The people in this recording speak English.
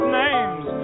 names